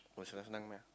oh senang-senang punya ah